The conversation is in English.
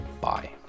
bye